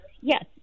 yes